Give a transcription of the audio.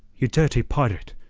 you dirty pirate!